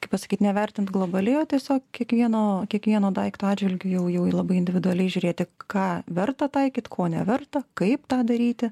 kaip pasakyt ne vertint globaliai o tiesiog kiekvieno kiekvieno daikto atžvilgiu jau jau labai individualiai žiūrėti ką verta taikyt ko neverta kaip tą daryti